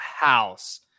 house